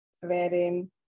wherein